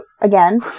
again